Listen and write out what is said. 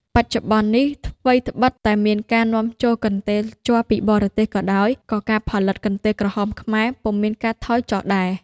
បច្ចុប្បន្ននេះ ថ្វីត្បិតតែមានការនាំចូលកន្ទេលជ័រពីបរទេសក៏ដោយ ក៏ការផលិត កន្ទេលក្រហមខ្មែរពុំមានការថយចុះដែរ។